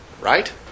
right